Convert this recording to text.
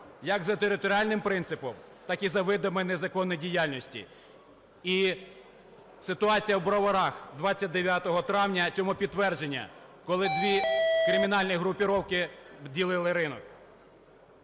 як за територіальним принципом, так і за видами незаконної діяльності. І ситуація в Броварах 29 травня цьому підтвердження, коли дві кримінальні группировки ділили ринок.